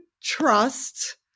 trust